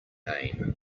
aim